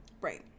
Right